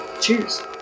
Cheers